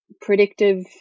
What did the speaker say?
Predictive